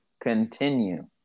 Continue